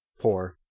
poor